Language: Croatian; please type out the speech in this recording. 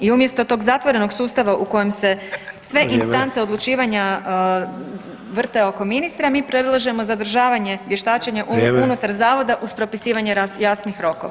I umjesto tog zatvorenog sustava u kojem se sve instance odlučivanja [[Upadica: Vrijeme.]] vrte oko ministra mi predlažemo zadržavanje vještačenja unutar [[Upadica: Vrijeme.]] zavoda uz propisivanje jasnih rokova.